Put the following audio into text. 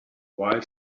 while